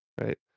right